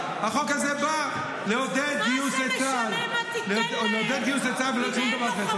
החוק הזה בא לעודד גיוס לצה"ל ולא שום דבר אחר.